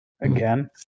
again